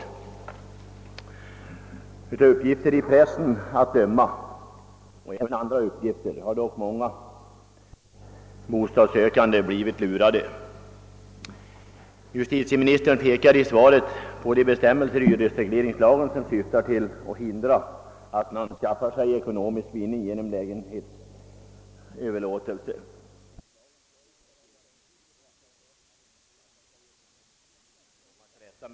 Att döma av uppgifter i pressen och även från andra håll har dock många bostadssökande blivit lurade. Justitieministern pekade i sitt svar på de bestämmelser i hyresregleringslagen som syftar till att förhindra att personer skaffar sig ekonomisk vinning genom lägenhetsöverlåtelse.